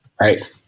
right